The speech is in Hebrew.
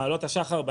(שקף: מבצע עלות השחר נזק ישיר).